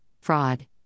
fraud